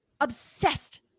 obsessed